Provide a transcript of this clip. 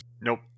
nope